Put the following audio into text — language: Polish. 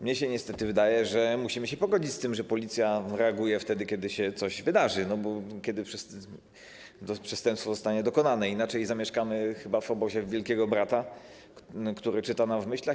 Mnie się niestety wydaje, że musimy się pogodzić z tym, że Policja reaguje wtedy, kiedy się coś wydarzy, kiedy przestępstwo zostanie dokonane, inaczej zamieszkalibyśmy chyba w obozie wielkiego brata, który czytałby nam w myślach.